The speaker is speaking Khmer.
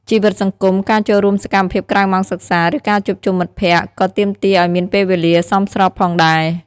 ជីវិតសង្គម ការចូលរួមសកម្មភាពក្រៅម៉ោងសិក្សា ឬការជួបជុំមិត្តភក្តិ ក៏ទាមទារឲ្យមានពេលវេលាសមស្របផងដែរ។